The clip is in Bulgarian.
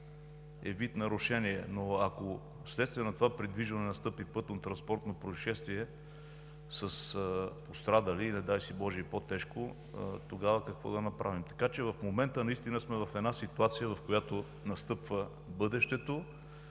е вид нарушение, но ако вследствие на това придвижване настъпи пътнотранспортно произшествие с пострадали, и не дай си боже и по-тежко, тогава какво да направим? Така че в момента наистина сме в една ситуация, в която настъпва бъдещето.